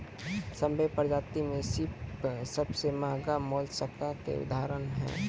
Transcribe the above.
सभ्भे परजाति में सिप सबसें महगा मोलसका के उदाहरण छै